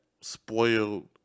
spoiled